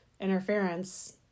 interference